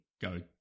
go